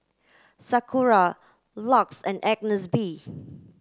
Sakura LUX and Agnes B